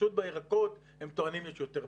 פשוט בירקות הם טוענים שיש יותר פחת,